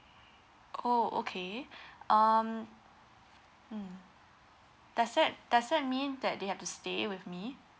oh okay um mm does that does that mean that they have to stay with me